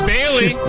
Bailey